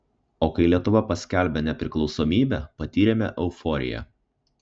o kai lietuva paskelbė nepriklausomybę patyrėme euforiją